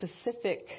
specific